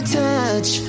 touch